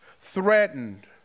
threatened